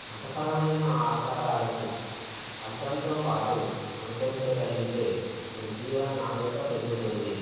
మతపరమైన ఆచారాలను అర్థంతో పాటు అనుసరించగలిగితే మన జీవన నాణ్యత పెరుగుతుంది